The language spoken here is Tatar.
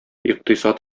икътисад